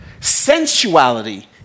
sensuality